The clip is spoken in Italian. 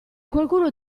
qualcuno